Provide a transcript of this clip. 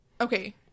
okay